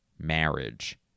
marriage